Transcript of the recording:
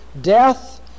death